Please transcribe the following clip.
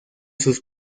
sus